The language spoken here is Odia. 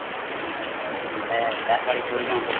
ହେନ୍ତା ଆଏ ଚାଷ୍ ବାଡ଼ି କରୁଛନ୍